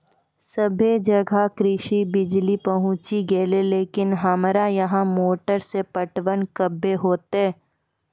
सबे जगह कृषि बिज़ली पहुंची गेलै लेकिन हमरा यहाँ मोटर से पटवन कबे होतय?